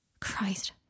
Christ